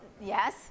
Yes